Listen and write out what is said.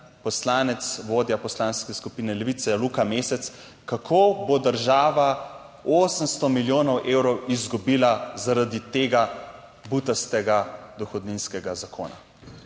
poslanec, vodja Poslanske skupine Levica Luka Mesec kako bo država 800 milijonov evrov izgubila, zaradi tega butastega dohodninskega zakona.